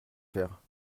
faire